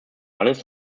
alles